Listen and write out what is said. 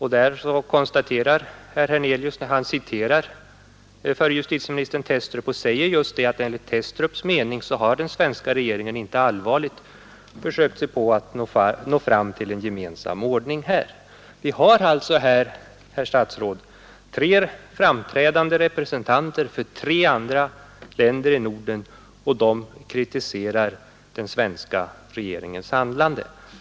Herr Hernelius citerade Thestrup och sade just att den svenska regeringen enligt Thestrups mening inte allvarligt hade försökt nå fram till en gemensam ordning på detta område. Här har vi alltså, herr statsråd, tre framträdande representanter för tre andra nordiska länder som kritiserar den svenska regeringens handlande.